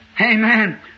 Amen